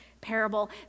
parable